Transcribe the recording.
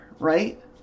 Right